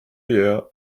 air